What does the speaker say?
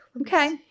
Okay